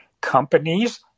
companies